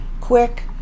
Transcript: quick